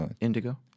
Indigo